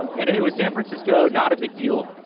um and, it was san francisco, not a big deal.